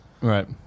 Right